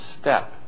step